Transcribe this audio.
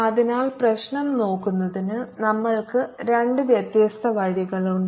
അതിനാൽ പ്രശ്നം നോക്കുന്നതിന് നമ്മൾക്ക് രണ്ട് വ്യത്യസ്ത വഴികളുണ്ട്